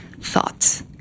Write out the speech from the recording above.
thoughts